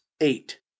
eight